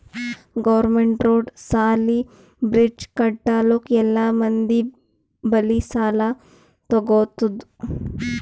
government road, ಸಾಲಿ, bridge ಕಟ್ಟಲುಕ್ ಎಲ್ಲಾ ಮಂದಿ ಬಲ್ಲಿ ಸಾಲಾ ತಗೊತ್ತುದ್